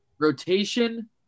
Rotation